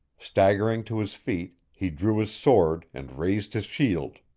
staggering to his feet, he drew his sword and raised his shield.